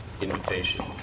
invitation